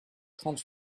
trente